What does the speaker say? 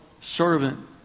servant